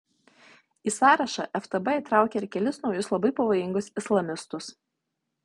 į sąrašą ftb įtraukė ir kelis naujus labai pavojingus islamistus